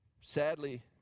Sadly